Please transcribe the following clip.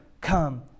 come